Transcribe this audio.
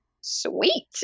sweet